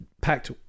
Packed